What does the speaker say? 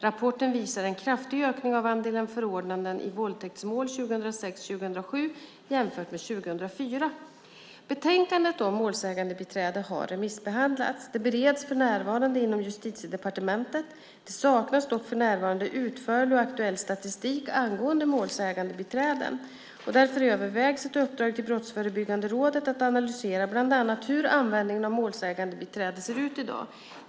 Rapporten visar en kraftig ökning av andelen förordnanden i våldtäktsmål 2006 och 2007 jämfört med 2004. Betänkandet om målsägandebiträde har remissbehandlats. Det bereds för närvarande inom Justitiedepartementet. Det saknas dock för närvarande utförlig och aktuell statistik angående målsägandebiträden. Därför övervägs ett uppdrag till Brottsförebyggande rådet att analysera bland annat hur användningen av målsägandebiträde ser ut i dag.